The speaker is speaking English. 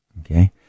Okay